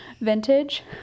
vintage